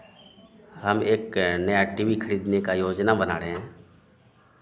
हम एक नया टी वी खरीदने का योजना बना रहे हैं